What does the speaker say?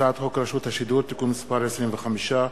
הצעת חוק רשות השידור (תיקון מס' 25),